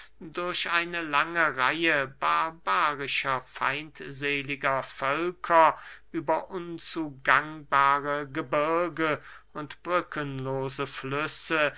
durch eine lange reihe barbarischer feindseliger völker über unzugangbare gebirge und brückenlose flüsse